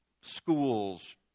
schools